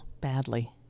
badly